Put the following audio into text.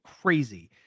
Crazy